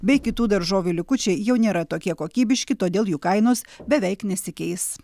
bei kitų daržovių likučiai jau nėra tokie kokybiški todėl jų kainos beveik nesikeis